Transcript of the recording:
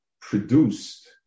produced